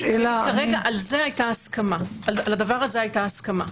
ואנחנו מציעים זה לא היה בסבבים הקודמים